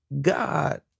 God